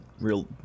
real